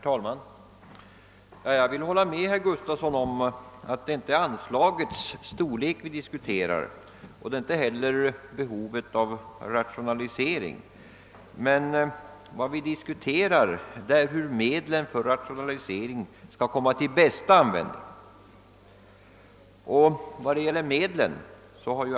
Herr talman! Jag håller med herr Gustafsson i Uddevalla om att det inte är anslagets storlek vid diskuterar, och det är inte heller behovet av rationalisering. Vad vi diskuterar är hur medlen för rationalisering skall komma till bästa användning.